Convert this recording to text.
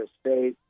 state